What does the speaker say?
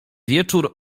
wieczór